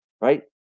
right